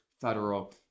federal